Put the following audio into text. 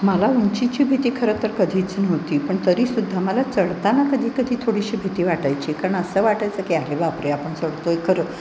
मला उंचीची भीती खरं तर कधीच नव्हती पण तरीसुद्धा मला चढताना कधी कधी थोडीशी भीती वाटायची कारण असं वाटायचं की अरे बापरे आपण चढतो आहे खरं